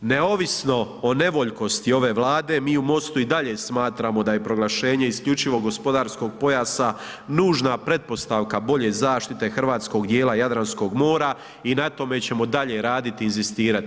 Neovisno o nevoljkosti ove Vlade mi u MOST-u i dalje smatramo da je proglašenje isključivog gospodarskog pojasa nužna pretpostavka bolje zaštite hrvatskog dijela Jadranskog mora i na tome ćemo dalje raditi i inzistirati.